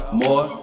more